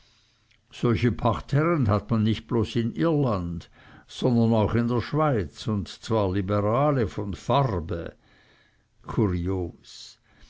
solche pachtherren hat man nicht bloß in irland sondern auch in der schweiz und zwar liberale von farbe kurios